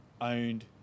owned